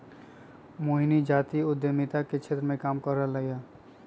मोहिनी जाति उधमिता के क्षेत्र मे काम कर रहलई ह